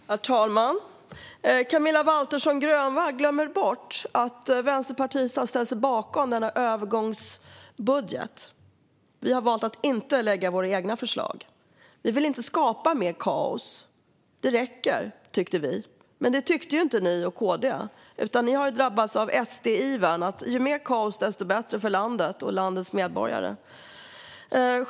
Herr talman! Camilla Waltersson Grönvall glömmer bort att Vänsterpartiet har ställt sig bakom övergångsbudgeten och valt att inte lägga fram egna förslag. Vi ville inte skapa mer kaos; det räckte, tyckte vi. Men det tyckte inte ni och KD, utan ni har drabbats av SD-ivern, alltså ju mer kaos, desto bättre för landet och landets medborgare.